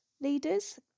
leaders